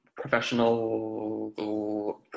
professional